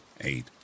eight